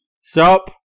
Stop